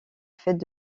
fêtes